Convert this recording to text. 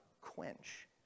quench